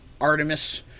Artemis